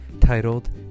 titled